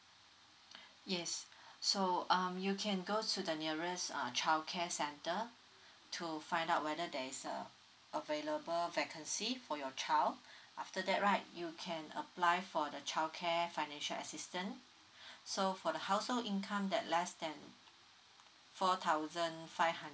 yes so um you can go to the nearest uh childcare centre to find out whether there is uh available vacancy for your child after that right you can apply for the childcare financial assistant so for the household income that less than four thousand five hundred